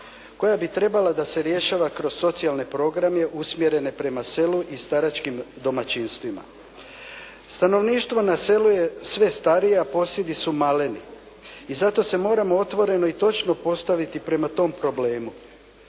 koja bi trebala da se rješava kroz socijalne programe usmjerene prema selu i staračkim domaćinstvima. Stanovništvo na selu je sve starije, a posjedi su maleni i zato se moramo otvoreno i točno postaviti prema tom problemu.